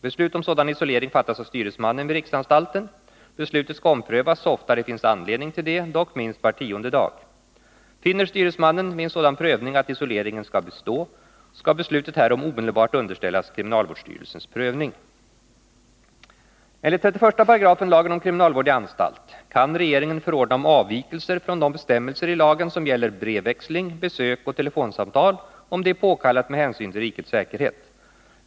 Beslut om sådan isolering fattas av styresmannen vid riksanstalten. Beslutet skall omprövas så ofta det finns anledning till det, dock minst var tionde dag. Finner styresmannen vid en sådan prövning att isoleringen skall bestå, skall beslutet härom omedelbart underställas kriminalvårdsstyrelsens prövning. Enligt 31 § lagen om kriminalvård i anstalt kan regeringen förordna om avvikelser från de bestämmelser i lagen som gäller brevväxling, besök och telefonsamtal, om det är påkallat med hänsyn till rikets säkerhet.